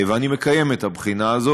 ואני מקיים את הבחינה הזאת.